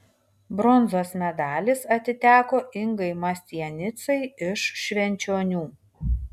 bronzos medalis atiteko ingai mastianicai iš švenčionių